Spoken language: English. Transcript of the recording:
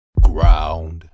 ground